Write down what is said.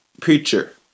preacher